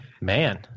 man